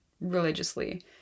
religiously